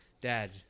dad